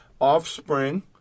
offspring